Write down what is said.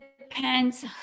depends